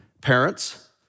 parents